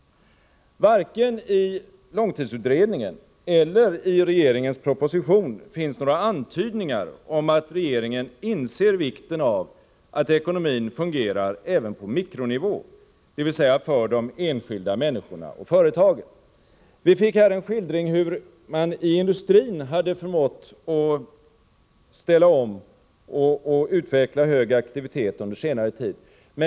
Varken i långtidsutredningen eller i 45 politiken på medellång sikt regeringens proposition finns några antydningar om att regeringen inser vikten av att ekonomin fungerar även på mikronivå, dvs. för de enskilda människorna och företagen. Vi fick här en skildring av hur man i industrin hade förmått att ställa om och utveckla hög aktivitet under senare tid.